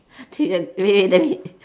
wait wait let me think